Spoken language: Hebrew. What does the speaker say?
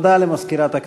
הודעה למזכירת הכנסת.